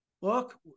Look